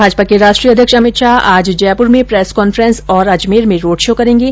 भाजपा के राष्ट्रीय अध्यक्ष अमित शाह आज जयपुर में प्रेस कांफ्रेंस और अजमेर में रोड शो करेंगे